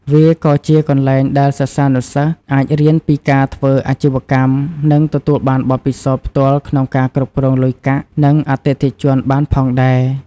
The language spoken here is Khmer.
វាក៏ជាកន្លែងដែលសិស្សានុសិស្សអាចរៀនពីការធ្វើអាជីវកម្ម និងទទួលបានបទពិសោធន៍ផ្ទាល់ក្នុងការគ្រប់គ្រងលុយកាក់ និងអតិថិជនបានផងដែរ។